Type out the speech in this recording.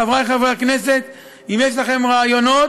חברי חברי הכנסת: אם יש לכם רעיונות,